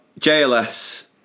JLS